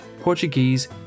Portuguese